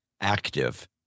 active